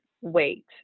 wait